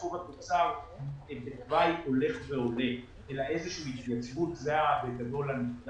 חוב התוצר בתוואי הולך ועולה אלא איזושהי התייצבות זהה בגדול על ...